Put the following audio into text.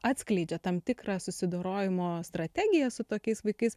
atskleidžia tam tikrą susidorojimo strategiją su tokiais vaikais